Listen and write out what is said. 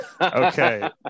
Okay